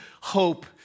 hope